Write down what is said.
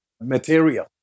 material